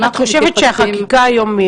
את חושבת שהחקיקה היום היא